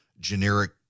Generic